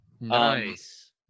Nice